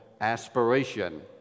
aspiration